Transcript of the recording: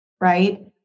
right